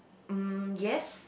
mm yes